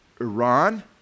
Iran